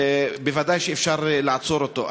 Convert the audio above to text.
בוודאי שאפשר לעצור אותו.